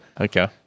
Okay